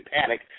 panic